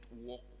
walk